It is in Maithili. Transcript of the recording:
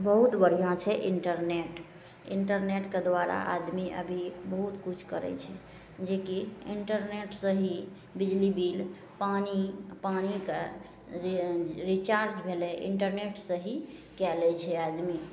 बहुत बढ़िआँ छै इन्टरनेट इन्टरनेटके द्वारा आदमी अभी बहुत किछु करै छै जेकि इन्टरनेटसे ही बिजली बिल पानि पानिके लिए रिचार्ज भेलै इन्टरनेटसे ही कै लै छै आदमी